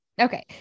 okay